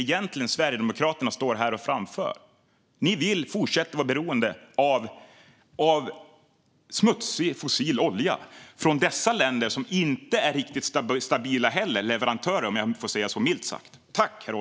Det Sverigedemokraterna egentligen framför här är att de vill att vi ska fortsätta vara beroende av smutsig, fossil olja från länder som milt sagt inte är stabila leverantörer, om jag får säga så.